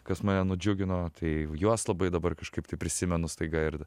kas mane nudžiugino tai juos labai dabar kažkaip tai prisimenu staiga ir